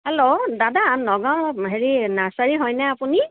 hello দাদা নগাঁও হেৰি nursery হয়নে আপুনি